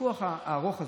הוויכוח הארוך הזה.